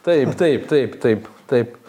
taip taip taip taip taip